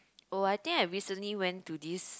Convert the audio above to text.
oh I think I recently went to this